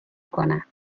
کنم